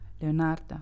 Leonardo